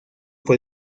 por